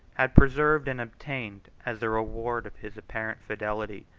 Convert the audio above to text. had preserved and obtained, as the reward of his apparent fidelity,